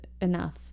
Enough